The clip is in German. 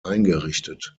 eingerichtet